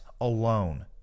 alone